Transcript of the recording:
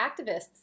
activists